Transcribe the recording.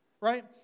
right